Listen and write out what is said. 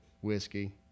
whiskey